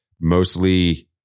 mostly